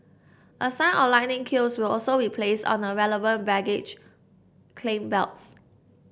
a sign or lightning cubes will also be placed on the relevant baggage claim belts